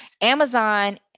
Amazon